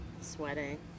Sweating